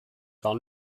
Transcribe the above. gar